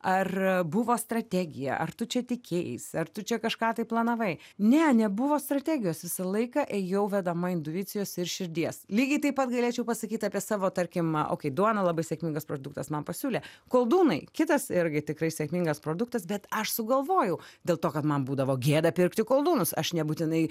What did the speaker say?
ar buvo strategija ar tu čia tikėjaisi ar tu čia kažką tai planavai ne nebuvo strategijos visą laiką ėjau vedama intuicijos ir širdies lygiai taip pat galėčiau pasakyt apie savo tarkim okei duona labai sėkmingas produktas man pasiūlė koldūnai kitas irgi tikrai sėkmingas produktas bet aš sugalvojau dėl to kad man būdavo gėda pirkti koldūnus aš nebūtinai